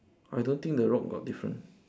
I don't think the rock got different